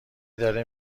داره